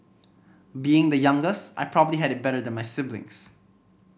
being the youngest I probably had it better than my siblings